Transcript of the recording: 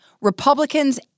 Republicans